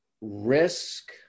risk